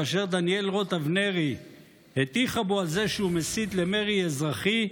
כאשר דניאל רוט-אבנרי הטיחה בו שהוא מסית למרי אזרחי,